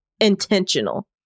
intentional